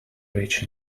rich